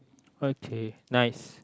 okay nice